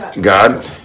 God